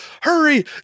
hurry